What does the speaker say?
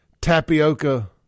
tapioca